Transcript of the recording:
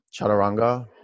chaturanga